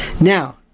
Now